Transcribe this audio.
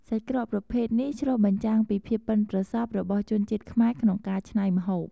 សាច់ក្រកប្រភេទនេះឆ្លុះបញ្ចាំងពី ភាពប៉ិនប្រសប់ របស់ជនជាតិខ្មែរក្នុងការច្នៃម្ហូប។